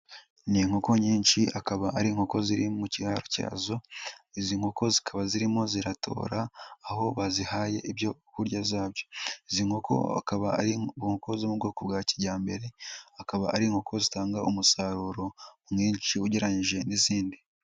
Ni inkoko nyinshi akaba ari inkoko ziri mu kiraro cyazo. Izi nkoko zikaba zirimo ziratora, aho bazihaye ibyo kurya zabyo. Izi nkoko akaba ari inkoko zo mu bwoko bwa kijyambere, akaba ari inkoko zitanga umusaruro mwinshi ugereranyije n'izindi.